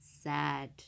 sad